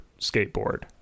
skateboard